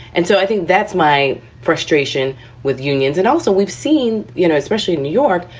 and so i think that's my frustration with unions. and also we've seen, you know, especially in new york,